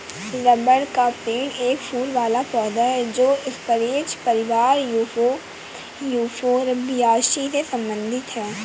rubber का पेड़ एक फूल वाला पौधा है जो स्परेज परिवार यूफोरबियासी से संबंधित है